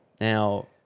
Now